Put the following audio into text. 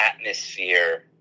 atmosphere